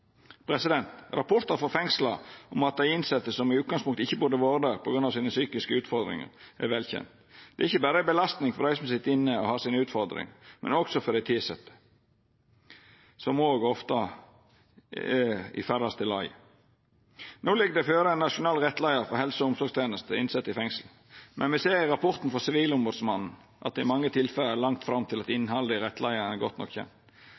Rapportar frå fengsla om innsette som i utgangspunktet ikkje burde ha vore der på grunn av psykiske utfordringar, er vel kjende. Det er ikkje berre ei belastning for dei som sit inne og har sine utfordringar, men også for dei tilsette, som ofte er i færraste laget. No ligg det føre ein nasjonal rettleiar for helse- og omsorgstenesta om innsette i fengsel, men me ser i rapporten frå Sivilombodsmannen at det i mange tilfelle er langt fram til at innhaldet i rettleiaren er godt